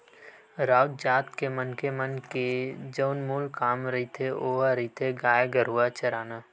राउत जात के मनखे मन के जउन मूल काम रहिथे ओहा रहिथे गाय गरुवा चराना